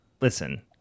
listen